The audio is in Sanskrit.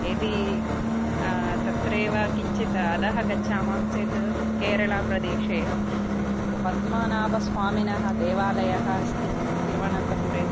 यदि तत्रैव किञ्चित् अधः गच्छामः चेत् केरलाप्रेदेशे पद्मनाभस्वामिनः देवालयः अस्ति तिरुवनन्तपुरे